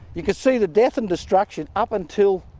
you can see the death and destruction up until